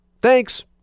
Thanks